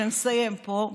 כשנסיים פה,